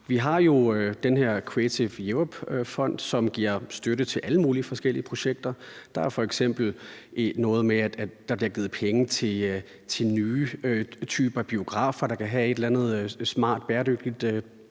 Vi har jo den her Creative Europe-fond, som giver støtte til alle mulige forskellige projekter. Det er f.eks. noget med, at der bliver givet penge til nye typer biografer, der kan have et eller andet smart og bæredygtigt